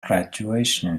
graduation